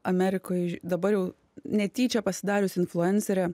amerikoj dabar jau netyčia pasidariusi influencerė